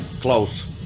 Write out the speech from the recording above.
close